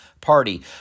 Party